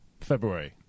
February